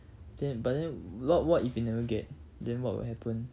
K but then lot what if you never get then what will happen